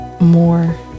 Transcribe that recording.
more